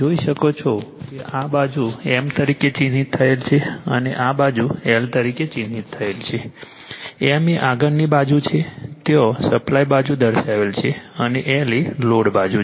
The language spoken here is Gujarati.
જોઇ શકો છો કે આ બાજુ M તરીકે ચિહ્નિત થયેલ છે અને આ બાજુ L તરીકે ચિહ્નિત થયેલ છે M એ આગળની બાજુ છે ત્યાં સપ્લાય બાજુ દર્શાવેલ છે અને L એ લોડ બાજુ છે